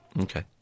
Okay